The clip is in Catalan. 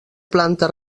planta